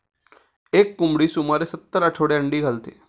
एक कोंबडी सुमारे सत्तर आठवडे अंडी घालते